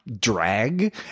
drag